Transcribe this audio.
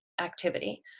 activity